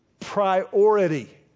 priority